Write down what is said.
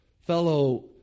fellow